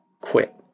quit